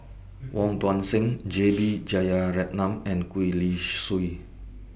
Wong Tuang Seng J B Jeyaretnam and Gwee Li Sui